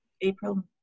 April